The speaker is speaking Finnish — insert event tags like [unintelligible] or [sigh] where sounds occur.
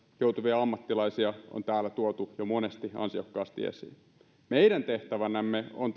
joutuvia ammattilaisia on täällä tuotu jo monesti ansiokkaasti esiin meidän tehtävänämme on [unintelligible]